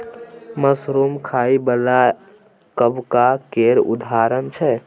mushroom खाइ बला कबक केर उदाहरण छै